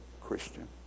Christian